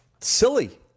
Silly